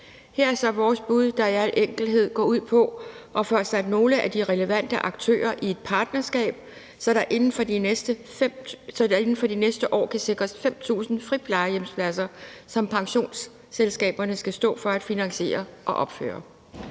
Her er så vores bud, der i al enkelhed går ud på at få sat nogle af de relevante aktører sammen i et partnerskab, så der inden for de næste år kan sikres 5.000 friplejehjemspladser, som pensionsselskaberne skal stå for at finansiere og opføre.